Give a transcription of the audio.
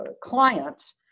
clients